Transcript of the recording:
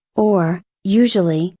or, usually,